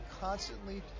constantly